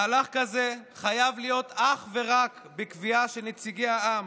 מהלך כזה חייב להיות אך ורק בקביעה של נציגי העם,